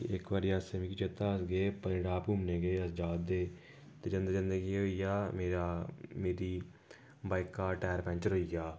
इक बारी अस मि चेता आ कि अस गे पत्नीटाप घूमने गी गै अस जा ते हे ते जंदे जंदे केह् होई गेआ मेरा मेरी बाइका टैर पैंचर होई गेआ